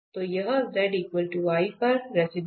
तो यह z i पर रेसिडुए है